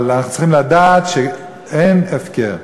אבל אנחנו צריכים לדעת שאין הפקר.